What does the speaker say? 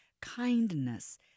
kindness